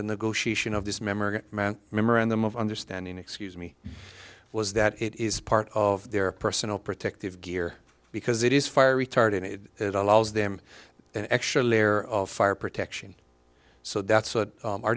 the negotiation of this memory memorandum of understanding excuse me was that it is part of their personal protective gear because it is fire retardant that allows them an extra layer of fire protection so that's what our